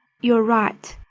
you're right!